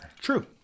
True